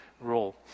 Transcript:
role